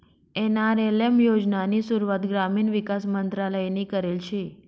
NRLM योजनानी सुरुवात ग्रामीण विकास मंत्रालयनी करेल शे